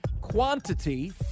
quantity